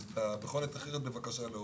אז 'בכל עת אחרת', בבקשה להוריד.